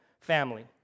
family